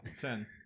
ten